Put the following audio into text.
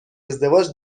ازدواج